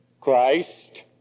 Christ